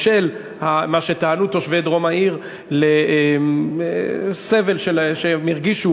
בשל מה שטענו תושבי דרום העיר על הסבל שהם הרגישו